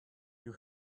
you